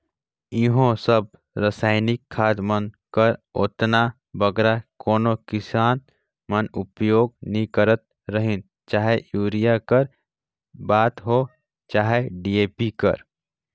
इहों सब रसइनिक खाद मन कर ओतना बगरा कोनो किसान मन उपियोग नी करत रहिन चहे यूरिया कर बात होए चहे डी.ए.पी कर